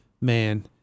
man